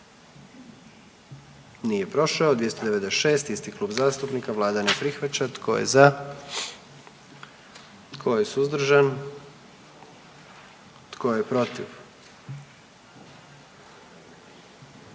dio zakona. 44. Kluba zastupnika SDP-a, vlada ne prihvaća. Tko je za? Tko je suzdržan? Tko je protiv?